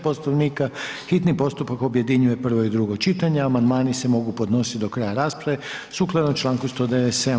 Poslovnika hitni postupak objedinjuje prvo i drugo čitanje, amandmani se mogu podnositi do kraja rasprave sukladno članku 197.